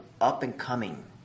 up-and-coming